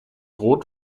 rot